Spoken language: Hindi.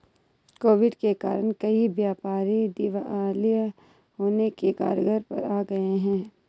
कोविड के कारण कई व्यापारी दिवालिया होने की कगार पर आ गए हैं